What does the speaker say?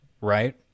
right